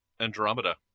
Andromeda